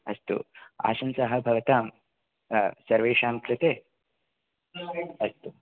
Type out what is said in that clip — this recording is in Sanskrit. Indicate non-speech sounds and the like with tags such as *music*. अस्तु *unintelligible* भवतां सर्वेषां कृते अस्तु